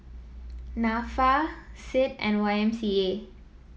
NAFA CID and Y M C A